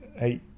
eight